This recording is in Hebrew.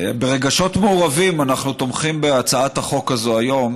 ברגשות מעורבים אנחנו תומכים בהצעת החוק הזאת היום,